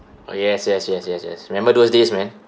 oh yes yes yes yes yes remember those days man